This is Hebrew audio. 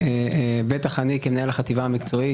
בטח אני כמנהל החטיבה המקצועית,